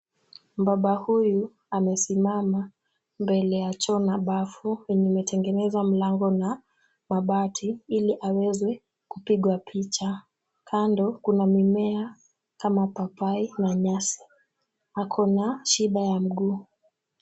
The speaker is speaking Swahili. Mbaba huyu amesimama mbele ya choo na bafu yenye imetengenezwa mlango na mabati ili aweze kupigwa picha. Kando kuna mimea kama papai na nyasi. Ako na shida ya mguu.